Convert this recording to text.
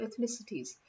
ethnicities